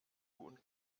und